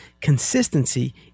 Consistency